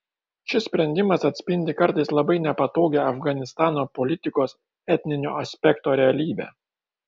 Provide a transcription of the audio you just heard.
šis sprendimas atspindi kartais labai nepatogią afganistano politikos etninio aspekto realybę